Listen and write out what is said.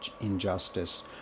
injustice